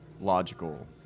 logical